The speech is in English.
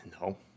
No